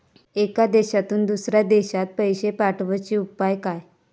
एका देशातून दुसऱ्या देशात पैसे पाठवचे उपाय काय?